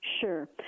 Sure